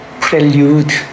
prelude